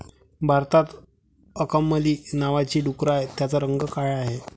भारतात अंकमली नावाची डुकरं आहेत, त्यांचा रंग काळा आहे